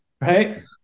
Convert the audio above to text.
Right